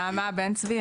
נעמה בן צבי,